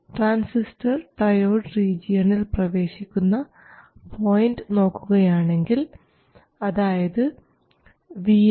transistor triode റീജിയണിൽ പ്രവേശിക്കുന്ന point നോക്കുകയാണെങ്കിൽ അതായത് vi 0